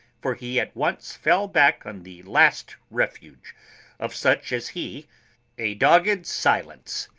for he at once fell back on the last refuge of such as he a dogged silence.